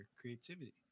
creativity